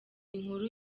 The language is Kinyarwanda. inkuru